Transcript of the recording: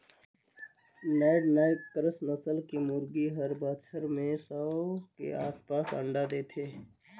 naked neck cross नसल के मुरगी हर बच्छर में सौ के आसपास अंडा देथे